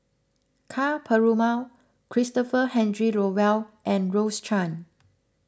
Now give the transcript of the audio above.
Ka Perumal Christopher Henry Rothwell and Rose Chan